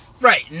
Right